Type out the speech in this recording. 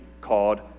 called